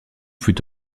fut